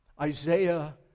Isaiah